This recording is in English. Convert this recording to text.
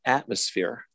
atmosphere